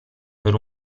per